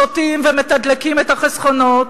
שותים ומתדלקים את החסכונות.